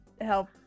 help